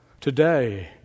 today